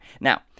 Now